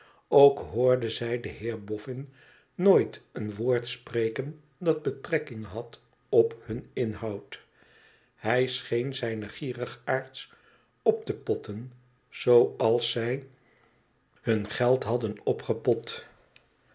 ook hoorde zijden heerboffin nooit een woord spreken dat betrekking had op hun bhoud hij scheen zijne gierigaards op te potten zooals zij hun geld hadden opgepot